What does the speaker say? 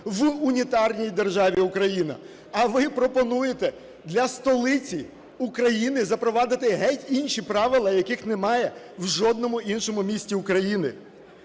в унітарній державі Україна. А ви пропонуєте для столиці України запровадити геть інші правила, яких немає в жодному іншому місті України.